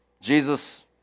Jesus